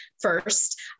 first